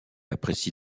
apprécie